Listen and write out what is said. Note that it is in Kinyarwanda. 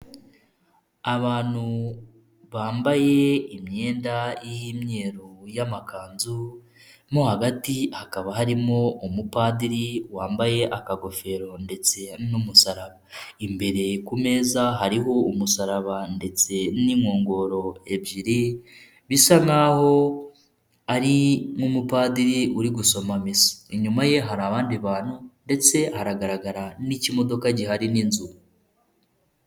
Abantu bambaye imyenda y'imyeru y'amakanzu, mo hagati hakaba harimo umupadiri wambaye akagofero ndetse n'umusaraba. Imbere ku meza hariho umusaraba ndetse n'inkongoro ebyiri, bisa nk'aho ari nk'umupadiri uri gusoma misa, inyuma ye hari abandi bantu ndetse hagaragara n'ikimodoka gihari n'inzu.